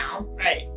right